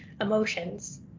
emotions